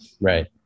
right